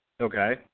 Okay